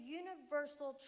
universal